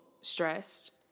stressed